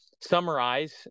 summarize